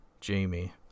Jamie